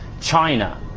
China